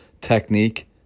technique